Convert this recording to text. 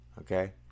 Okay